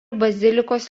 bazilikos